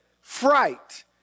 fright